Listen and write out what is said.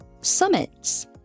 summits